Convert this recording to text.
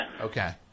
Okay